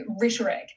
rhetoric